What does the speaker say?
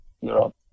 Europe